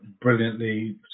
brilliantly